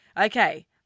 Okay